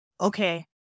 okay